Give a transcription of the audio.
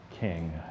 king